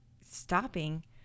stopping